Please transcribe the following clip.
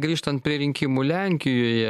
grįžtant prie rinkimų lenkijoje